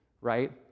right